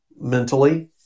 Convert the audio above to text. mentally